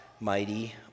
mighty